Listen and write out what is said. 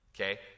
okay